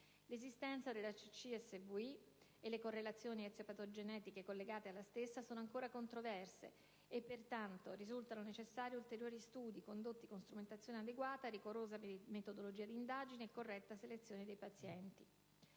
l'esistenza della CCSVI e le correlazioni etiopatogenetiche collegate alla stessa sono ancora controverse e, pertanto, risultano necessari ulteriori studi, condotti con strumentazione adeguata, rigorosa metodologia di indagine e corretta selezione dei pazienti.